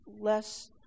less